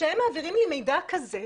וכשהם מעבירים לי מידע כזה,